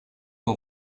aux